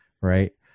right